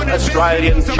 Australian